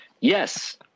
Yes